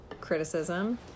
criticism